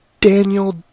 Daniel